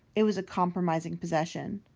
it was a compromising possession.